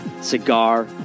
Cigar